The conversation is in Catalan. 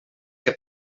que